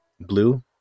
Blue